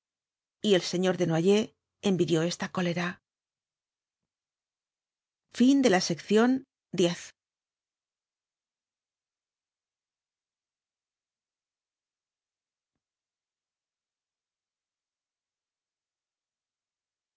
y el señor desnoyers envidió esta cólera i